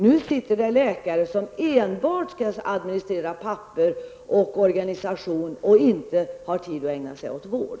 Nu finns det läkare som enbart skall ägna sig åt administrativt arbete och organisation och därmed inte har tid att ägna sig åt vård.